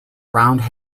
rounded